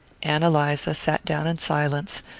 ann eliza sat down in silence,